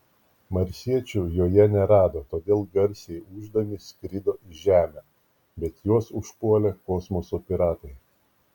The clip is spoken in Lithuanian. marsiečių joje nerado todėl garsiai ūždami skrido į žemę bet juos užpuolė kosmoso piratai